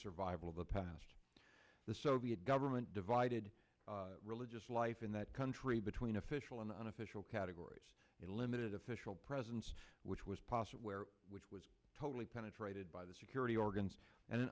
survival of the past the soviet raiment divided religious life in that country between official and unofficial categories in limited official presence which was possible where which was totally penetrated by the security organs and